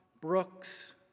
Brooks